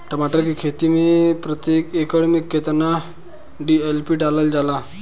टमाटर के खेती मे प्रतेक एकड़ में केतना डी.ए.पी डालल जाला?